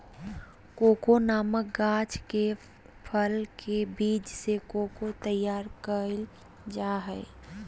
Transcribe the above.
cocoa नामक गाछ के फल के बीज से कोको तैयार कइल जा हइ